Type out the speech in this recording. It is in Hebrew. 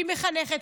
שהיא מחנכת,